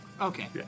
Okay